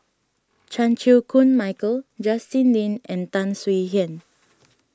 Chan Chew Koon Michael Justin Lean and Tan Swie Hian